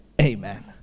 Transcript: Amen